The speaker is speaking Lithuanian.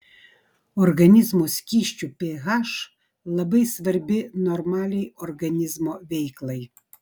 organizmo skysčių ph labai svarbi normaliai organizmo veiklai